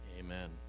Amen